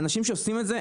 האנשים שעושים את זה,